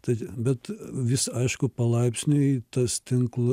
tad bet vis aišku palaipsniui tas tinklas